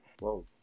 Whoa